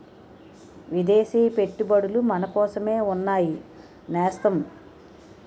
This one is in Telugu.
విదేశీ పెట్టుబడులు మనకోసమే ఉన్నాయి నేస్తం